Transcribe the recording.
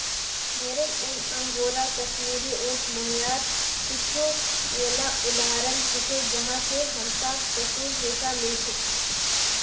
भेरेर ऊन, अंगोरा, कश्मीरी, ऊँट, मोहायर कुछू येला उदाहरण छिके जहाँ स हमसाक पशुर रेशा मिल छेक